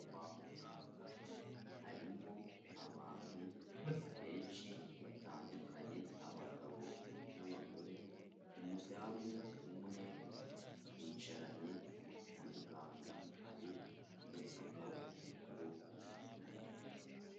Kwa muganga harimo abantu benshi batandukanye abagabo n'abagore, umudamu umwe yicaranye na muganga ari kumupfuka ku kuboko.